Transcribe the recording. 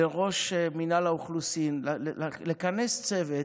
לראש מינהל האוכלוסין, לכנס צוות,